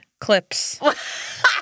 clips